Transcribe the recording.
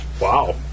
Wow